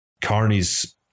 Carney's